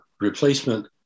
replacement